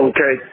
Okay